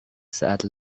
saat